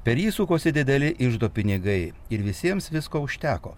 per jį sukosi dideli iždo pinigai ir visiems visko užteko